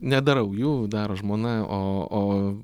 nedarau jų daro žmona o o